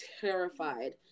terrified